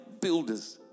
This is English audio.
builders